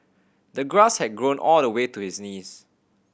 the grass had grown all the way to his knees